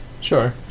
sure